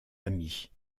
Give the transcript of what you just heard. amis